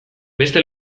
beste